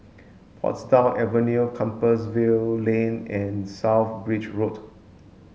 Portsdown Avenue Compassvale Lane and South Bridge Road